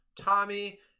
Tommy